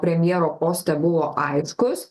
premjero poste buvo aiškus